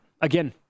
Again